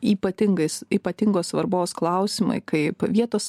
ypatingais ypatingos svarbos klausimai kaip vietos